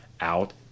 out